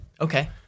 Okay